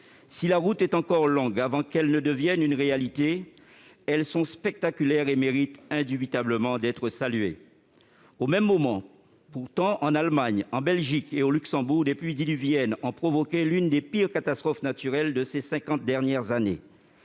Si la route est encore longue avant que ces mesures ne deviennent réalité, elles sont spectaculaires et méritent indubitablement d'être saluées. Au même moment, en Allemagne, en Belgique et au Luxembourg, des pluies diluviennes ont provoqué l'une des pires catastrophes naturelles de ces cinquante dernières années.